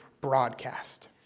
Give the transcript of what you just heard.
broadcast